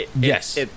Yes